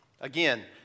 Again